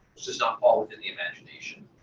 which does not fall within the imagination.